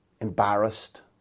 embarrassed